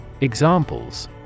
Examples